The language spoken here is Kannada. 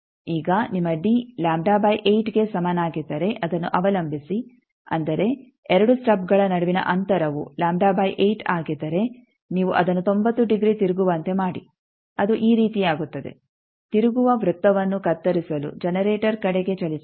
ಈಗ ನಿಮ್ಮ ಡಿ ಗೆ ಸಮನಾಗಿದ್ದರೆ ಅದನ್ನು ಅವಲಂಬಿಸಿ ಅಂದರೆ 2 ಸ್ಟಬ್ಗಳ ನಡುವಿನ ಅಂತರವು ಆಗಿದ್ದರೆ ನೀವು ಅದನ್ನು 90 ಡಿಗ್ರಿ ತಿರುಗುವಂತೆ ಮಾಡಿ ಅದು ಈ ರೀತಿಯಾಗುತ್ತದೆ ತಿರುಗುವ ವೃತ್ತವನ್ನು ಕತ್ತರಿಸಲು ಜನರೇಟರ್ ಕಡೆಗೆ ಚಲಿಸಿರಿ